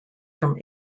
from